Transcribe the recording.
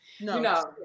No